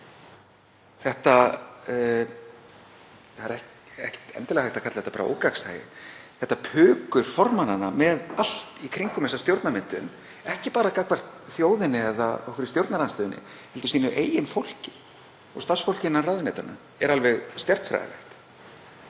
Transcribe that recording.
er ekki endilega hægt að kalla þetta bara ógagnsæi, þetta pukur formannanna með allt í kringum þessa stjórnarmyndun, ekki bara gagnvart þjóðinni eða okkur í stjórnarandstöðunni heldur sínu eigin fólki og starfsfólki ráðuneytanna, er alveg stjarnfræðilegt.